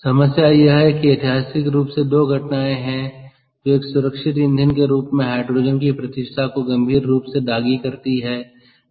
समस्या यह है कि ऐतिहासिक रूप से दो घटनाएं हैं जो एक सुरक्षित इंधन के रूप में हाइड्रोजन की प्रतिष्ठा को गंभीर रूप से दागी करती है